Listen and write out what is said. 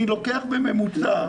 אני לוקח בממוצע.